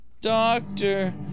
doctor